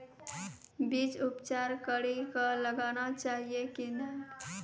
बीज उपचार कड़ी कऽ लगाना चाहिए कि नैय?